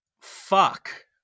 fuck